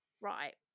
Right